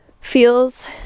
feels